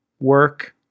work